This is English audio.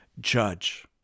judge